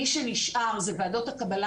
מי שנשאר זה ועדות הקבלה,